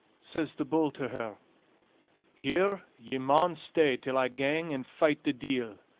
says the bull to her here ye maun stay till i gang and fight the deil.